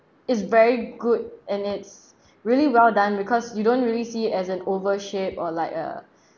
it's very good and it's really well done because you don't really see it as an oval shape or like a